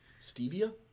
Stevia